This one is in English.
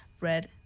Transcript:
red